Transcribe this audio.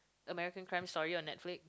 American Crime Story on Netflix